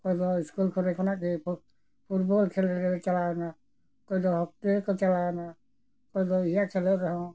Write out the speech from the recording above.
ᱚᱠᱚᱭ ᱫᱚ ᱥᱠᱩᱞ ᱠᱚᱨᱮ ᱠᱷᱚᱱᱟᱜ ᱜᱮ ᱯᱷᱩᱴᱵᱚᱞ ᱠᱷᱮᱞᱳᱰ ᱨᱮᱞᱮ ᱪᱟᱞᱟᱣ ᱮᱱᱟ ᱚᱠᱚᱭ ᱫᱚ ᱦᱚᱠᱤ ᱠᱚ ᱪᱟᱞᱟᱣ ᱮᱱᱟ ᱚᱠᱚᱭ ᱫᱚ ᱤᱭᱟᱹ ᱠᱷᱮᱞᱳᱰ ᱨᱮᱦᱚᱸ